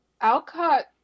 Alcott